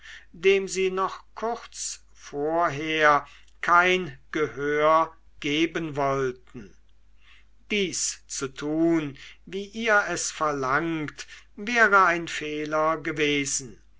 dem sie noch kurz vorher kein gehör geben wollten dies zu tun wie ihr es verlangt wäre ein fehler gewesen